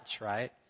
right